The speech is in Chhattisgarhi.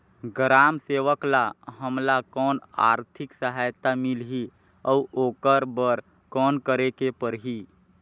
ग्राम सेवक ल हमला कौन आरथिक सहायता मिलही अउ ओकर बर कौन करे के परही?